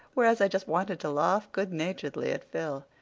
whereas i just wanted to laugh good-naturedly at phil.